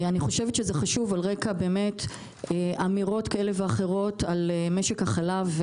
זה חשוב על רקע אמירות כאלה ואחרות על משק החלב.